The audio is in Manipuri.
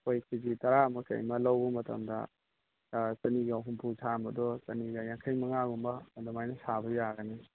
ꯍꯣꯏ ꯀꯦ ꯖꯤ ꯇꯔꯥ ꯑꯃ ꯀꯔꯤ ꯑꯃ ꯂꯧꯕ ꯃꯇꯝꯗ ꯆꯅꯤꯒ ꯍꯨꯝꯐꯨ ꯁꯥꯔꯝꯕꯗꯣ ꯆꯅꯤꯒ ꯌꯥꯡꯈꯩ ꯃꯉꯥꯒꯨꯝꯕ ꯑꯗꯨꯃꯥꯏꯅ ꯁꯥꯕ ꯌꯥꯒꯅꯤ